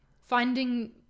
finding